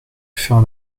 faire